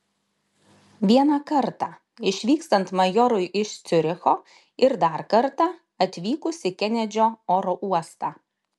vieną kartą išvykstant majorui iš ciuricho ir dar kartą atvykus į kenedžio oro uostą